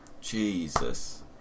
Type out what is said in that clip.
Jesus